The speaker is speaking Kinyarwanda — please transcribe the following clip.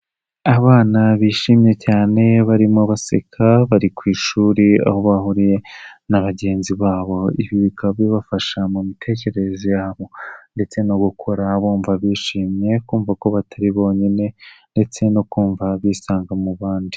Abana bishimye cyane barimo baseka bari ku ishuri aho bahuriye na bagenzi babo ibi bikaba bibafasha mu mitekerereze yabo ndetse no gukora bumva bishimye kumva ko batari bonyine ndetse no kumva bisanga mu bandi.